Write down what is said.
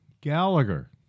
Gallagher